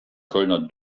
kölner